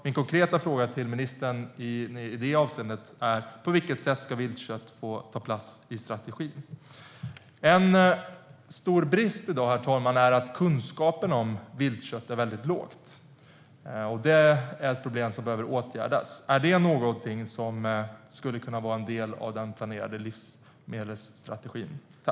Min konkreta fråga till ministern i det avseendet är: På vilket sätt ska viltkött få ta plats i strategin?